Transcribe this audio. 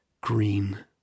green